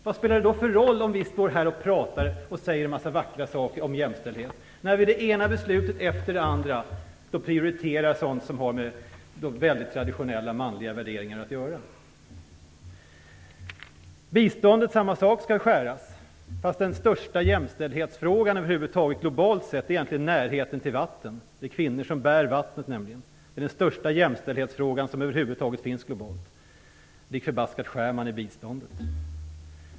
Vad spelar det för roll om vi står här och säger en massa vackra saker om jämställdhet när man i det ena beslutet efter det andra prioriterar sådant som har med traditionellt manliga värderingar att göra? Det är samma sak med biståndet; det skall man också skära ned, trots att den största jämställdhetsfrågan globalt sett egentligen är närheten till vatten. Det är nämligen kvinnor som bär vatten. Det är den största jämställdhetsfrågan som över huvud taget finns, globalt sett. Ändå skär man ned biståndet.